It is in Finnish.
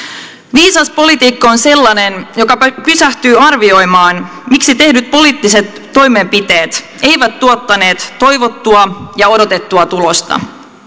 viisas poliitikko on sellainen joka pysähtyy arvioimaan miksi tehdyt poliittiset toimenpiteet eivät tuottaneet toivottua ja odotettua tulosta